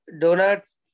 donuts